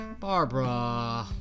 Barbara